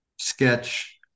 sketch